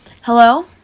Hello